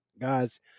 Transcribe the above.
guys